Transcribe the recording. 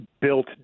Built